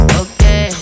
okay